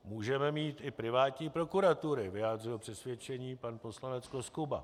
Můžeme mít i privátní prokuratury, vyjádřil přesvědčení pan poslanec Koskuba.